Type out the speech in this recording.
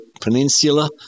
Peninsula